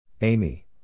Amy